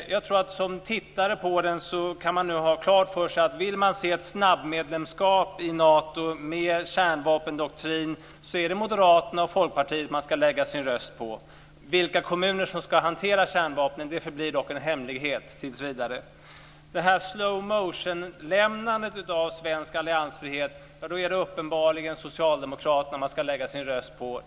Jag tror att som tittare kan man nu ha fått klart för sig att vill man se ett snabbmedlemskap i Nato med kärnvapendoktrin är det Moderaterna och Folkpartiet man ska lägga sin röst på. Vilka kommuner som ska hantera kärnvapnen förblir dock en hemlighet tills vidare. Vill man ha ett slow motion-lämnande av svensk alliansfrihet är det uppenbarligen Socialdemokraterna man ska lägga sin röst på.